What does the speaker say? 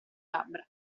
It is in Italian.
labbra